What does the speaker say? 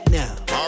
now